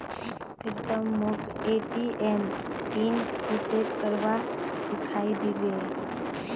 प्रीतम मोक ATM pin reset करवा सिखइ दी बे